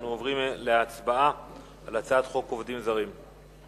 אנחנו עוברים להצבעה על הצעת חוק עובדים זרים (תיקון